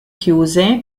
chiuse